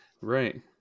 right